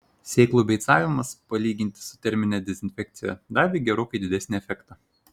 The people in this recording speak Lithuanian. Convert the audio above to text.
sėklų beicavimas palyginti su termine dezinfekcija davė gerokai didesnį efektą